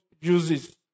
uses